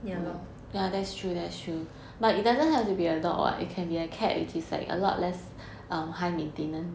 ya lor